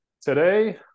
Today